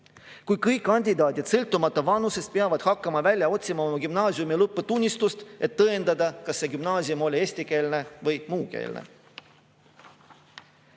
kui kõik kandidaadid sõltumata vanusest peavad hakkama välja otsima oma gümnaasiumi lõputunnistust, et tõendada, kas see gümnaasium oli eestikeelne või muukeelne.